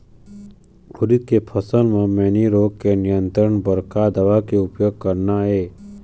उरीद के फसल म मैनी रोग के नियंत्रण बर का दवा के उपयोग करना ये?